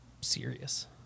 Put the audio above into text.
serious